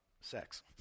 sex